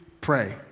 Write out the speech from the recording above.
pray